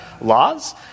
laws